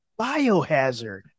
Biohazard